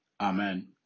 Amen